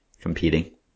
competing